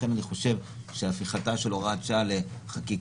לכן אני בעד הפיכתה של הוראת השעה לחקיקה